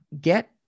get